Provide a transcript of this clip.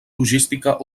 logística